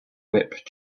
whip